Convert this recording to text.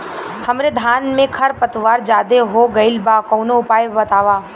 हमरे धान में खर पतवार ज्यादे हो गइल बा कवनो उपाय बतावा?